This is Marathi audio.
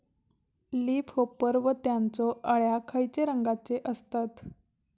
लीप होपर व त्यानचो अळ्या खैचे रंगाचे असतत?